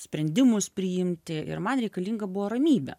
sprendimus priimti ir man reikalinga buvo ramybė